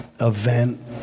event